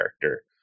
character